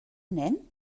nen